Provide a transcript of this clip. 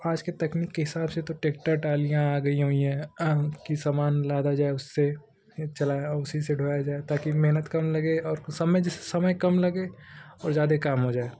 तो आज के टेक्निक के हिसाब से तो ट्रैक्टर ट्रालियाँ आ गई हैं कि सामान लादा जाए उससे चलाया उसी से ढोया जाए ताकि मेहनत कम भी लगे और समय जिससे समय कम लगे और ज़्यादा काम हो जाए